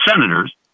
senators